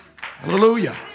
Hallelujah